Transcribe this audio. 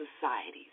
societies